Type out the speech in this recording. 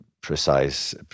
precise